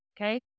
okay